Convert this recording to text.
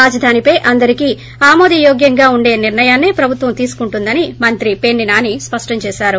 రాజధానిపై అందరికీ ఆమోదయోగ్యంగా ఉండే నిర్ణయాన్నే ప్రభుత్వం తీసుకుంటుందని మంత్రి పేర్పి నాని స్పష్టం చేసారు